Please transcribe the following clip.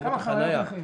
מקומות החנייה